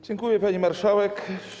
Dziękuję, pani marszałek.